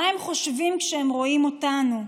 מה הם חושבים כשהם רואים אותנו.